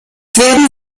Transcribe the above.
werden